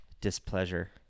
displeasure